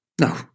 no